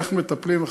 איך מטפלים?